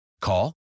Call